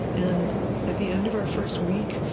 and at the end of our first week,